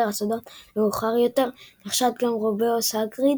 הסודות ומאוחר יותר נחשד גם רובאוס האגריד,